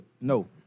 No